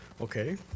okay